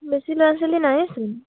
বেছি ল'ৰা ছোৱালী নাইছোন